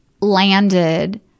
landed